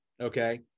Okay